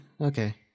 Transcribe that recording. Okay